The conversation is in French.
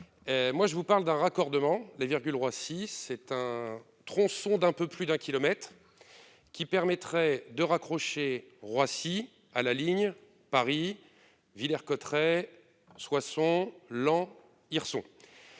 moi je vous parle d'un raccordement la loi si c'est un tronçon d'un peu plus d'un kilomètre qui permettrait de raccrocher Roissy à la ligne Paris-Villers-Cotterêts Soissons, Laon, Hirson,